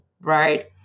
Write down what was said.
right